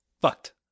fucked